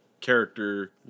character